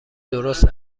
درست